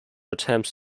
attempts